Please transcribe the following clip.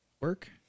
work